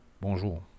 Bonjour